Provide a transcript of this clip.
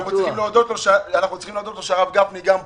אנחנו צריכים להודות לו שהרב גפני גם פה.